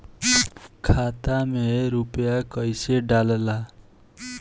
खाता में रूपया कैसे डालाला?